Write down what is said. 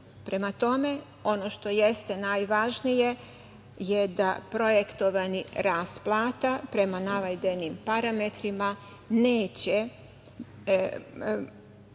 Prema tome, ono što jeste najvažnije je da projektovani rast plata, prema navedenim parametrima, neće